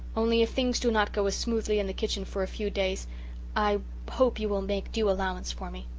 only if things do not go as smoothly in the kitchen for a few days i hope you will make due allowance for me.